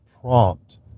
prompt